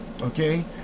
okay